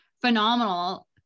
phenomenal